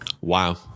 Wow